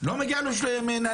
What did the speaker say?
לא מגיע לו מינהלי.